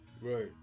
right